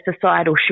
societal